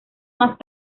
más